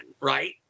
right